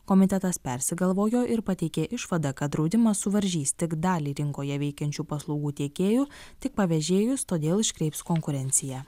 komitetas persigalvojo ir pateikė išvadą kad draudimas suvaržys tik dalį rinkoje veikiančių paslaugų tiekėjų tik pavėžėjus todėl iškreips konkurenciją